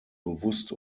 bewusst